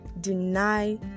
deny